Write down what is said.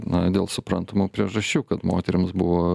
na dėl suprantamų priežasčių kad moterims buvo